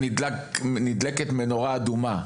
עד לכניסה לשירות הצבאי,